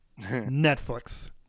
Netflix